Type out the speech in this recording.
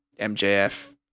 MJF